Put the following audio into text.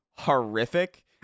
horrific